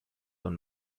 und